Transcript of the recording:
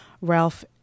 Ralph